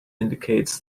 indicates